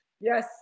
yes